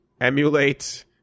emulate